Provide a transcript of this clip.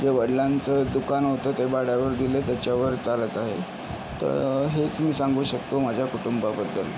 जे वडिलांचं दुकान होतं ते भाड्यावर दिलं आहे त्याच्यावर चालत आहे तर हेच मी सांगू शकतो माझ्या कुटुंबाबद्दल